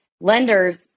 Lenders